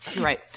Right